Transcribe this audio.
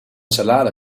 salade